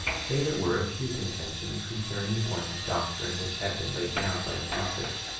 save it were a few contentions concerning the points of doctrine which had been laid down by the prophets.